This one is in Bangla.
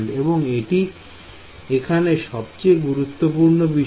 এবং এটি এখানে সবচেয়ে গুরুত্বপূর্ণ বিষয়